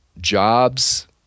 jobs